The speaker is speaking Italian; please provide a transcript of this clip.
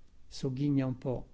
onesto sogghigna un po